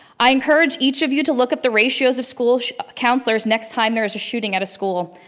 i encourage each of you to look at the ratios of school counselors next time there is a shooting at a school.